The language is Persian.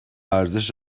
ارزش